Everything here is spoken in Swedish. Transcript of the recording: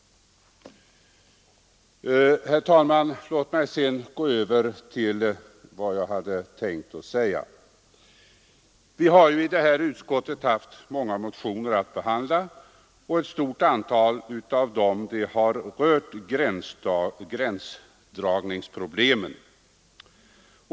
Herr talman! Låt mig sedan gå över till vad jag hade tänkt att säga. Vi har i utskottet haft många motioner att behandla. Ett stort antal av dessa motioner har gällt gränsdragningsproblem.